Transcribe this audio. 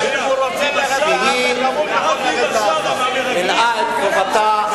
שהיא מילאה את חובתה,